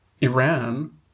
Iran